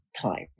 time